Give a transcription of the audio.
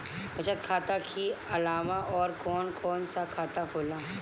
बचत खाता कि अलावा और कौन कौन सा खाता होला?